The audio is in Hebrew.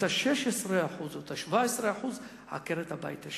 את ה-16% או את ה-17% עקרת-הבית תשלם.